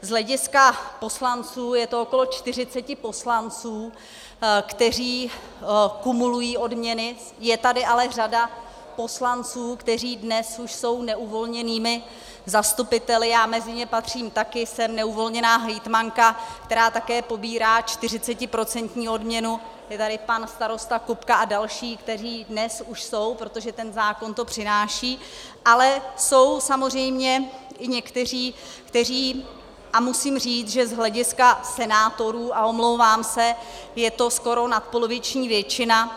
Z hlediska poslanců je to okolo 40 poslanců, kteří kumulují odměny, je tady ale řada poslanců, kteří dnes už jsou neuvolněnými zastupiteli já mezi ně patřím taky, jsem neuvolněná hejtmanka, která také pobírá 40procentní odměnu, je tady pan starosta Kupka a další, kteří dnes už jsou, protože ten zákon to přináší, ale jsou samozřejmě i někteří, kteří a musím říct, že z hlediska senátorů, a omlouvám se, je to skoro nadpoloviční většina.